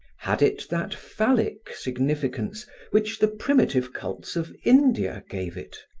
had it that phallic significance which the primitive cults of india gave it?